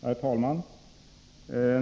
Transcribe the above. Herr talman!